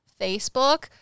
Facebook